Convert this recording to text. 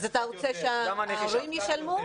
--- אז אתה רוצה שההורים ישלמו?